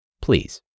Please